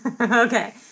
Okay